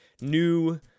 new